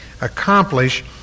accomplish